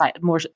more